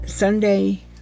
Sunday